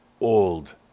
old